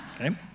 okay